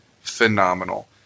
phenomenal